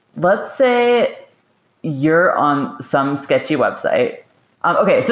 let's say you're on some sketchy website um okay. so